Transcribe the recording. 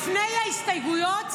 לפני ההסתייגויות,